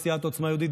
סיעת עוצמה יהודית,